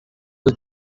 was